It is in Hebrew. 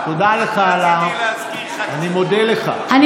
אני מוסיף לה עוד דקה כי הפריעו לה.